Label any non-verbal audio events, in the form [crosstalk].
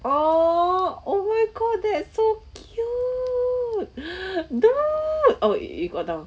oh oh my god that's so cute [breath] doll oh oh it got down